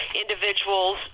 individuals